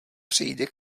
přijde